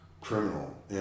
criminal